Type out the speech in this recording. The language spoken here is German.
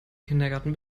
kindergarten